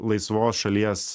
laisvos šalies